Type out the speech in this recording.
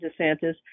DeSantis